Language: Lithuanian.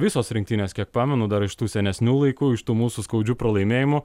visos rinktinės kiek pamenu dar iš tų senesnių laikų iš tų mūsų skaudžių pralaimėjimų